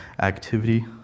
activity